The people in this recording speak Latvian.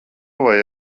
vai